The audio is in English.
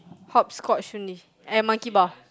hopscotch only and Monkey Bar